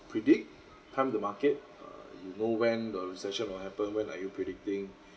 predict time the market uh you know when the recession will happen when are you predicting